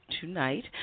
tonight